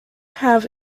have